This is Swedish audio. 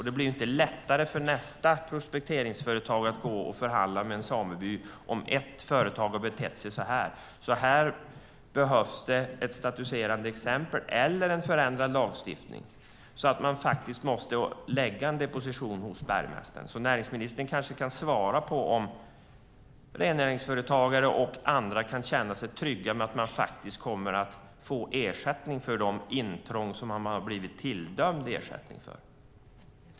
Det blir inte lättare för nästa prospekteringsföretag att förhandla med en sameby om ett företag har betett sig så här. Här behövs ett statuerande exempel eller en förändrad lagstiftning så att man måste lägga en deposition hos bergmästaren. Näringsministern kanske kan svara om rennäringsföretagare och andra kan känna sig trygga med att de faktiskt kommer att få ersättning för de intrång som de har blivit tilldömda ersättning för.